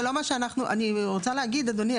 אדוני,